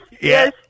yes